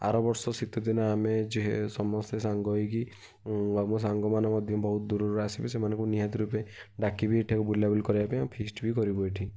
ଆର ବର୍ଷ ଶୀତ ଦିନେ ଆମେ ଯେ ସମସ୍ତେ ସାଙ୍ଗ ହେଇକି ଆମ ସାଙ୍ଗ ମାନେ ମଧ୍ୟ ବହୁତ ଦୂରରୁ ଆସିକି ସେମାନକୁ ନିହାତି ରୂପେ ଡାକିବି ଏଠାକୁ ବୁଲାବୁଲି କରିବା ପାଇଁ ଆଉ ଫିଷ୍ଟ୍ ବି କରିବୁ ଏଇଠି